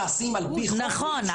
נכון.